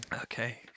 okay